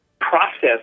process